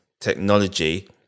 technology